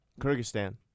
Kyrgyzstan